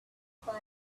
spies